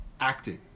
acting